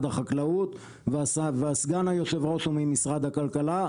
החקלאות וסגן יושב הראש הוא ממשרד הכלכלה,